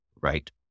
right